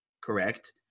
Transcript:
correct